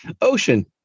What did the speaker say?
ocean